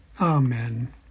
Amen